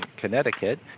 Connecticut